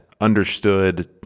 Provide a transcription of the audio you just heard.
understood